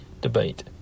debate